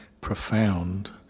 profound